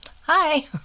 Hi